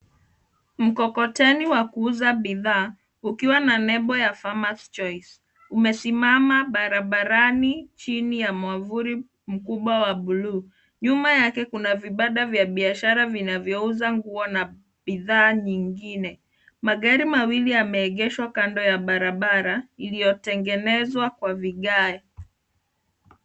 Mkokoteni wa kuuza bidhaa ukiwa na nebo ya Famous choice umesimama barabarani jini ya mwavuli mkubwa wa bluu, nyuma yake kuna panda vya biashara vinavyousa nguo na bidhaa nyingine. Magari mawili yameegeshwa kando ya barabara iliotenegenezwa kwa vigae.